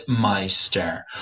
Meister